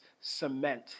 cement